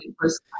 first